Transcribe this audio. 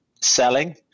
selling